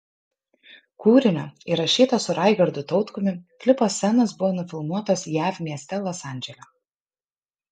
kūrinio įrašyto su raigardu tautkumi klipo scenos buvo nufilmuotos jav mieste los andžele